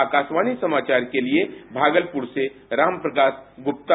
आकाशवाणी समाचार के लिए भागलपुर से रामप्रकाश गुप्ता